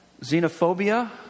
xenophobia